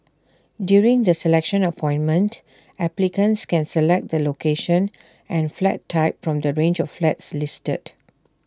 during the selection appointment applicants can select the location and flat type from the range of flats listed